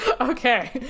Okay